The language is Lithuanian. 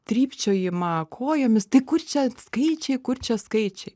trypčiojimą kojomis tai kur čia skaičiai kur čia skaičiai